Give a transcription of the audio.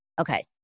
Okay